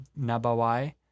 Nabawi